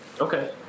Okay